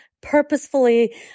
purposefully